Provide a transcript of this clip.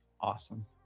Awesome